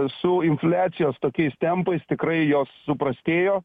su infliacijos tokiais tempais tikrai jos suprastėjo